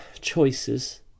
choices